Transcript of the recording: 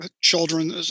children